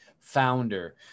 founder